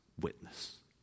witness